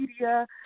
media